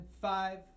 five